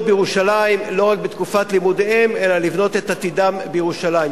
בירושלים בתקופת לימודיהם אלא לבנות את עתידם בירושלים.